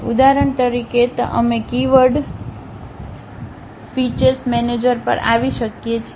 ઉદાહરણ તરીકે તેમાં અમે કીવર્ડ કીવર્ડ ફીચૅસ મેનેજર પર આવી શકીએ છીએ